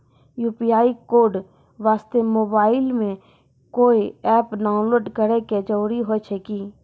UPI code वास्ते mobile मे कोय एप्प डाउनलोड करे के जरूरी होय छै की?